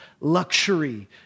luxury